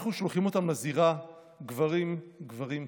אנחנו שולחים אותם לזירה גברים-גברים כאלה,